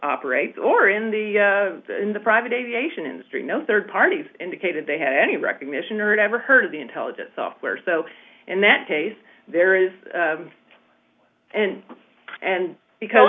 operate or in the in the private aviation industry no third parties indicated they had any recognition or never heard of the intelligence software so in that case there is and and because